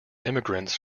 immigrants